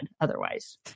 otherwise